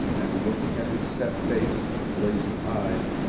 and looking at his set face and blazing eyes,